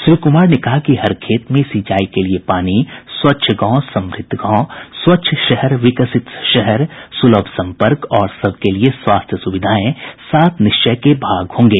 श्री कुमार ने कहा कि हर खेत में सिंचाई के लिये पानी स्वच्छ गांव समृद्ध गांव स्वच्छ शहर विकसित शहर सुलभ संपर्क और सबके लिये स्वास्थ्य सुविधायें सात निश्चय के भाग होंगे